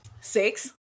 Six